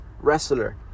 wrestler